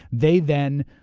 they then